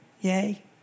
Yay